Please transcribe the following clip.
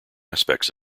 aspects